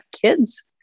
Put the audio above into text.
kids